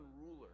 ruler